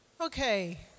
Okay